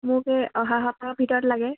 মোক অহা সপ্তাহৰ ভিতৰত লাগে